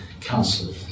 Council